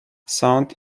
sound